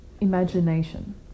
Imagination